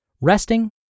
Resting